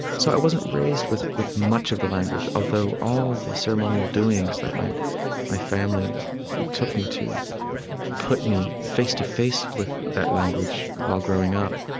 so i wasn't raised with with much of the language, although all of the ceremonial doings that my family took me to put me face-to-face with that language while growing up,